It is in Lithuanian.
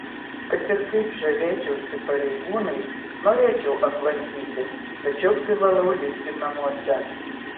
kad ir kaip žavėčiausi pareigūnais norėčiau aplankyti tačiau privalau likti namuose